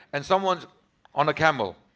and someone is on a camel.